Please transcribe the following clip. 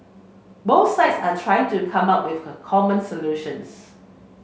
both sides are trying to come up with a common solutions